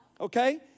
Okay